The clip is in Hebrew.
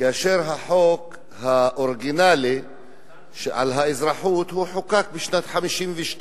כאשר החוק האוריגינלי על האזרחות חוקק בשנת 1952?